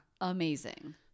amazing